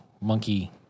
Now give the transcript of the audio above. monkey